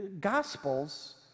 gospels